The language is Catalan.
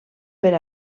per